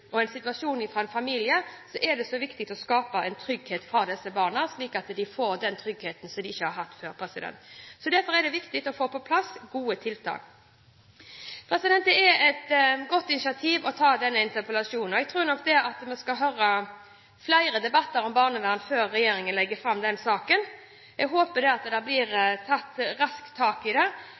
familie, er det viktig å skape trygghet for disse barna, slik at de får den tryggheten de ikke har hatt før. Derfor er det viktig å få på plass gode tiltak. Det er et godt initiativ å ta denne interpellasjonen. Jeg tror nok vi skal ha flere debatter om barnevern før regjeringen legger fram en sak. Jeg håper at det blir tatt raskt tak i dette. Jeg skal ikke gå noe særlig inn på rapporten, for den tror jeg vi skal få diskutere ganske ofte framover i forhold til det